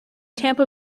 tampa